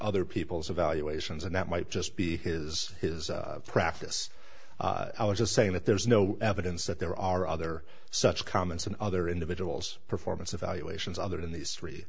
other people's evaluations and that might just be his his practice just saying that there's no evidence that there are other such comments and other individuals performance evaluations other than these three